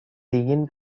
dingin